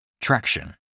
Traction